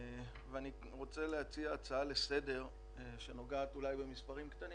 אני רוצה להציע הצעה לסדר שנוגעת אולי במספרים קטנים